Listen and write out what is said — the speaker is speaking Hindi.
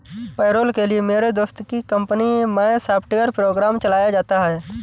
पेरोल के लिए मेरे दोस्त की कंपनी मै सॉफ्टवेयर प्रोग्राम चलाया जाता है